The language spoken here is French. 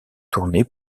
tournée